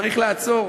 צריך לעצור